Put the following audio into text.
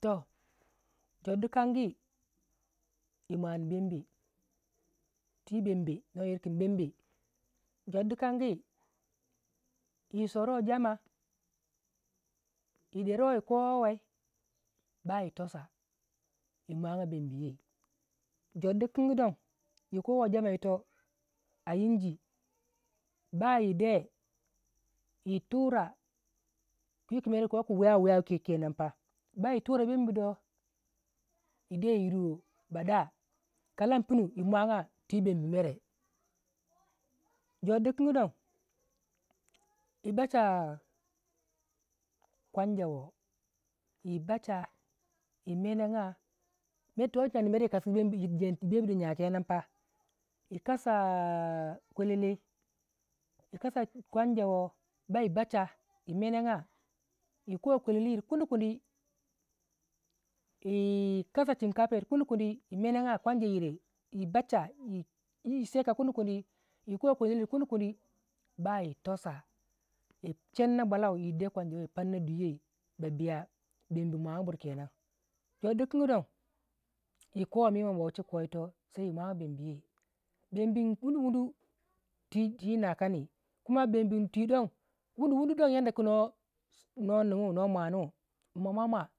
to chordin yi minu bembe bembe nuwa yir kin bembe jor dikan gi yi soruwai jama yideruwai yi kowowai bayi tosa yi mwagya bembiyei jor dikin gidon yi kowai jama yito a yinji bayi de yi tura kwiku mer kwiku wiya wiya ki kenan pa bei tura bembi dwii yi de yi ruwo ba da kalam pinu yi mwagya twii bembe mere jor dikin don yi bacha kwanja wo yi bacha yi menegya mer to gyardu mer yi kasugu yir bembi dwi jyai kenan pa yi kasa kwelele yi kasa kwanja wo bai bacha yi menegya yi ko kwelele yire kundi kundi yi kasa chinka pa yire yi bacha yi chenna bwalau yi de kwanja wo yi ban na dwiiyai ba biya bembi mwaga buri kenan jordkangi don yi ko ma bo kinko yito sai yi mwaga bembiyei bembin wunu wunu twii nakani bembin twii don wunu wunu yadda ku no mwanu pma mwamw toh bembe